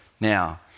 Now